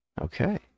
okay